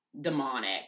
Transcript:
demonic